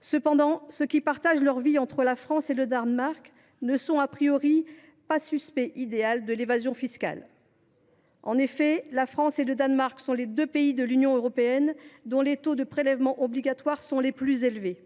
Toutefois, ceux qui partagent leur vie entre la France et le Danemark ne sont pas les pires suspects d’évasion fiscale. En effet, la France et le Danemark sont les deux pays de l’Union européenne où les taux de prélèvements obligatoires sont les plus élevés :